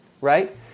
Right